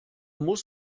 muss